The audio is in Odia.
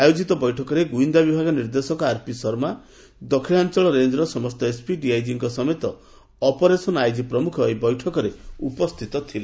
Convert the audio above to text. ଆୟୋଜିତ ବୈଠକରେ ଗୁଇନ୍ଦା ବିଭାଗ ନିର୍ଦ୍ଦେଶକ ଆର୍ପି ଶର୍ମା ଦକ୍ଷିଣାଞଳ ରେଞର ସମସ୍ତ ଏସ୍ପି ଡିଆଇଜିଙ୍କ ସମେତ ଅପରେସନ ଆଇଜି ପ୍ରମୁଖ ଉପସ୍ଥିତ ଥିଲେ